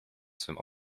swym